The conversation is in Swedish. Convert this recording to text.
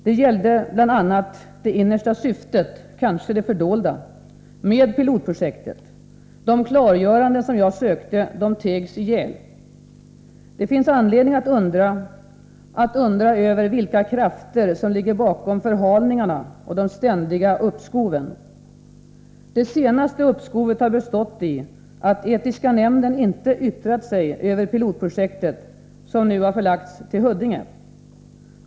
De gällde bl.a. det innersta syftet — kanske det fördolda — med pilotprojektet. De klargöranden jag sökte tegs ihjäl. Det finns anledning att undra över vilka krafter som ligger bakom förhalningarna och de ständiga uppskoven. Det senaste uppskovet har bestått i att etiska nämnden inte yttrat sig över pilotprojektet, som nu har förlagts till Huddinge.